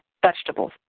vegetables